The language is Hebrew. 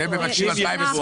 שהם מבקשים 2027,